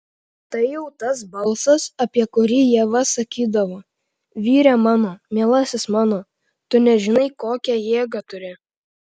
tai jau tas balsas apie kurį ieva sakydavo vyre mano mielasis mano tu nežinai kokią jėgą turi